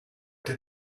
did